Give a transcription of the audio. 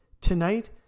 Tonight